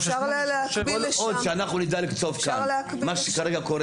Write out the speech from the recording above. כל עוד שאנחנו נדע לקצוב כאן מה שכרגע קורה,